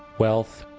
wealth,